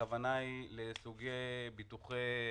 הכוונה היא לסוגי ביטוחי